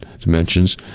dimensions